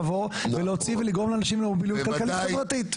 לבוא ולהוציא ולגרום לאנשים למוביליות כלכלית וחברתית.